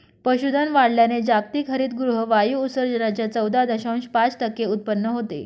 पशुधन वाढवल्याने जागतिक हरितगृह वायू उत्सर्जनाच्या चौदा दशांश पाच टक्के उत्पन्न होते